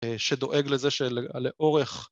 ‫שדואג לזה שלאורך...